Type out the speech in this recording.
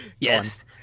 Yes